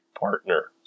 partner